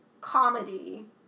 comedy